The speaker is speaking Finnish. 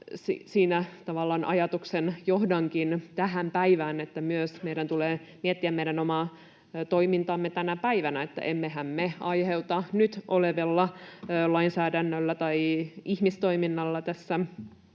Siitä tavallaan ajatuksen johdankin tähän päivään, että meidän tulee myös miettiä meidän omaa toimintaamme tänä päivänä, että emmehän me aiheuta nyt olevalla lainsäädännöllä tai ihmistoiminnalla tässä